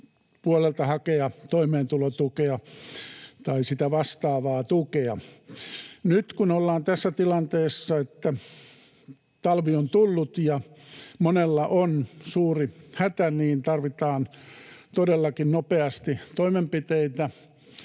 sosiaalipuolelta hakea toimeentulotukea tai sitä vastaavaa tukea. Nyt kun ollaan tässä tilanteessa, että talvi on tullut ja monella on suuri hätä, niin tarvitaan todellakin nopeasti toimenpiteitä,